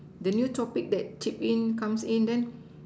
the new topic that tip in comes in then